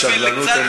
בשביל קצת,